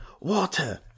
water